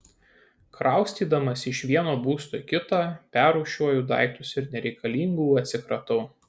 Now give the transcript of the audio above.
kraustydamasi iš vieno būsto į kitą perrūšiuoju daiktus ir nereikalingų atsikratau